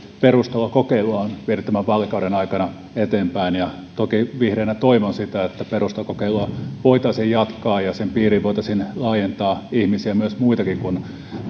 perustulokokeilua on viety tämän vaalikauden aikana eteenpäin toki vihreänä toivon sitä että perustulokokeilua voitaisiin jatkaa ja sen piiriä voitaisiin laajentaa myös muihinkin kuin